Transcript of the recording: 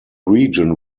region